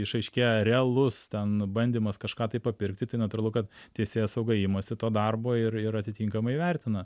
išaiškėja realus ten bandymas kažką tai papirkti tai natūralu kad teisėsauga imasi to darbo ir ir atitinkamai vertina